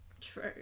True